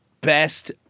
best